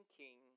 king